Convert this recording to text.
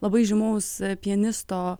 labai žymaus pianisto